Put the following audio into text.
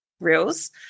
reels